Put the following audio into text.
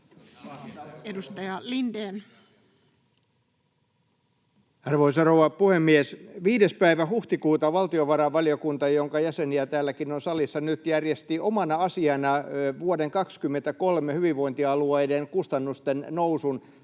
16:32 Content: Arvoisa rouva puhemies! 5. päivä huhtikuuta valtiovarainvaliokunta, jonka jäseniä on täälläkin salissa nyt, järjesti omana asiana vuoden 23 hyvinvointialueiden kustannusten nousun